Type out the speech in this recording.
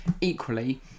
Equally